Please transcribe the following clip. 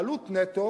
העלות נטו